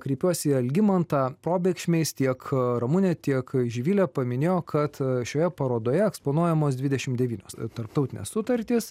kreipiuosi į algimantą probėgšmiais tiek ramunė tiek živilė paminėjo kad šioje parodoje eksponuojamos dvidešim devynios tarptautinės sutartys